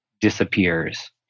disappears